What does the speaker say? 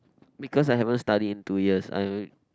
because I haven't study in two years I